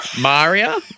Maria